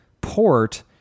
port